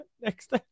next